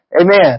Amen